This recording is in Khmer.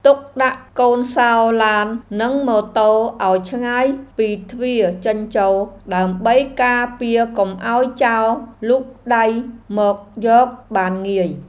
ទុកដាក់កូនសោរឡាននិងម៉ូតូឱ្យឆ្ងាយពីទ្វារចេញចូលដើម្បីការពារកុំឱ្យចោរលូកដៃមកយកបានងាយ។